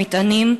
מטענים,